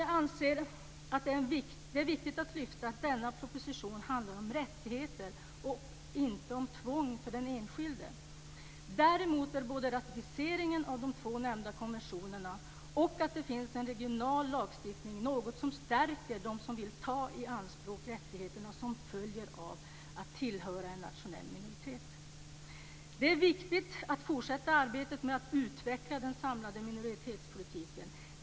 Jag anser att det är viktigt att lyfta fram att denna proposition handlar om rättigheter och inte om tvång för den enskilde. Däremot är både ratificeringen av de två nämnda konventionerna och att det finns en regional lagstiftning något som stärker dem som vill ta i anspråk de rättigheter som följer av att tillhöra en nationell minoritet. Det är viktigt att fortsätta arbetet med att utveckla den samlade minoritetspolitiken.